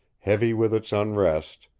heavy with its unrest,